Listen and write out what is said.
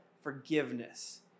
forgiveness